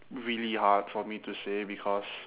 really hard for me to say because